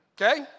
Okay